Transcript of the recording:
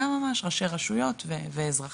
גם ממש ראשי רשויות ואזרחים,